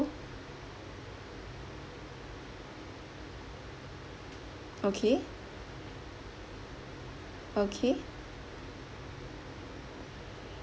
okay okay